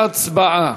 והצבעה.